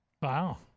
Wow